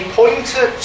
pointer